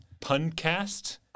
Puncast